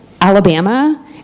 Alabama